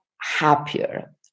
happier